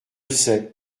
sais